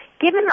given